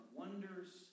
wonders